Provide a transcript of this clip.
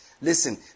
Listen